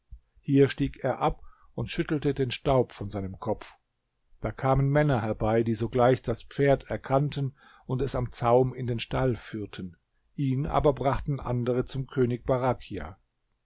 hier stieg er ab und schüttelte den staub von seinem kopf da kamen männer herbei die sogleich das pferd erkannten und es am zaum in den stall führten ihn aber brachten andere zum könig barachja